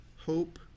hope